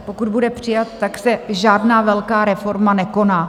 Pokud bude přijat, tak se žádná velká reforma nekoná.